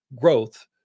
growth